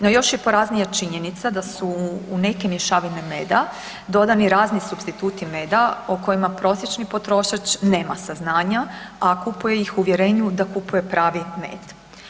No još je poraznija činjenica da su u neke mješavine meda dodani razni supstituti meda o kojima prosječni potrošač nema saznanja, a kupuje ih u uvjerenju da kupuje pravi med.